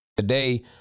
Today